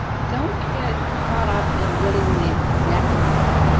don't get caught up in getting the exact number.